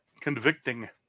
Convicting